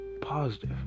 positive